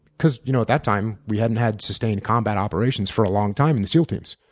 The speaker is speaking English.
because you know at that time, we hadn't had sustained combat operations for a long time in the seal teams.